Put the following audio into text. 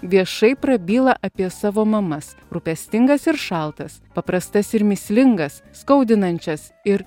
viešai prabyla apie savo mamas rūpestingas ir šaltas paprastas ir mįslingas skaudinančias ir